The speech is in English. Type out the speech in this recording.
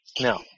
No